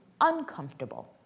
uncomfortable